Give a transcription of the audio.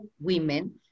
women